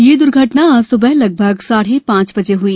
यह दुर्घटना आज सुबह लगभग साढ़े पांच बजे हई